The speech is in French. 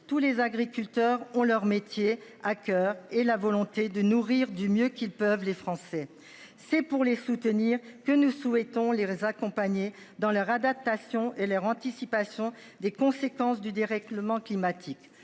tous les agriculteurs ont leur métier à coeur et la volonté de nourrir du mieux qu'ils peuvent les Français c'est pour les soutenir que nous souhaitons les accompagner dans leur adaptation et leur anticipation des conséquences du dérèglement climatique.